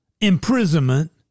imprisonment